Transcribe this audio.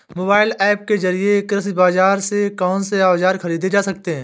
Mobile app के जरिए कृषि बाजार से कौन से औजार ख़रीदे जा सकते हैं?